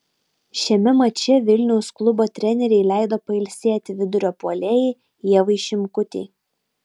šiame mače vilniaus klubo trenerei leido pailsėti vidurio puolėjai ievai šimkutei